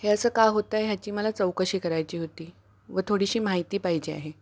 हे असं का होतं आहे ह्याची मला चौकशी करायची होती व थोडीशी माहिती पाहिजे आहे